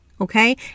Okay